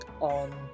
on